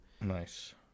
Nice